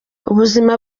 ubuzima